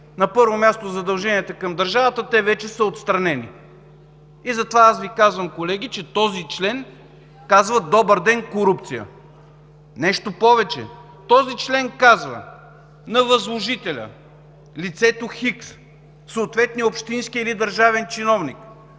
на първо място задълженията към държавата, вече са отстранени. Затова Ви казвам, колеги, че този член казва: „Добър ден, корупция”. Нещо повече, този член казва: „На възложителя, лицето Хикс, съответния общински или държавен чиновник: